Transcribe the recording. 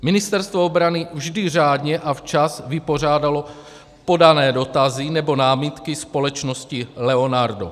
Ministerstvo obrany vždy řádně a včas vypořádalo podané dotazy nebo námitky společnosti Leonardo.